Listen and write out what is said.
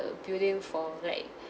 building for like